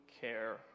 care